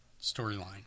storyline